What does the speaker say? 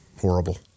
horrible